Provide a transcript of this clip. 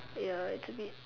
ya it's a bit